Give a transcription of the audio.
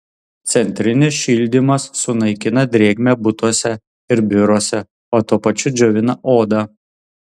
centrinis šildymas sunaikina drėgmę butuose ir biuruose o tuo pačiu džiovina odą